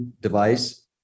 device